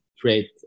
create